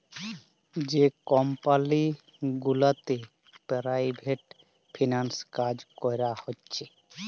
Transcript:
যে কমপালি গুলাতে private freelance কাজ ক্যরা হছে